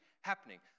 happening